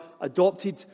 adopted